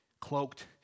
cloaked